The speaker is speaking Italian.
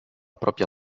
propria